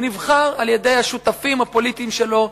הוא נבחר על-ידי השותפים הפוליטיים שלו,